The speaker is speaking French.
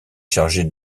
chargée